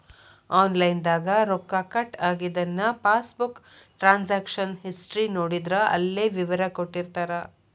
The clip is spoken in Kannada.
ಆನಲೈನ್ ದಾಗ ರೊಕ್ಕ ಕಟ್ ಆಗಿದನ್ನ ಪಾಸ್ಬುಕ್ ಟ್ರಾನ್ಸಕಶನ್ ಹಿಸ್ಟಿ ನೋಡಿದ್ರ ಅಲ್ಲೆ ವಿವರ ಕೊಟ್ಟಿರ್ತಾರ